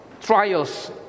trials